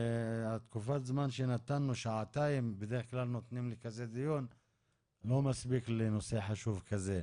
והזמן שנתנו, שעתיים, לא מספיקות לנושא חשוב כזה.